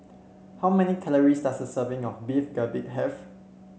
how many calories does a serving of Beef Galbi have